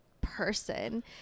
person